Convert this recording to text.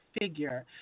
figure